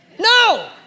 No